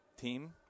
team